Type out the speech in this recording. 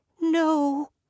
No